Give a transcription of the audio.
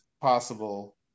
possible